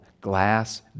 glass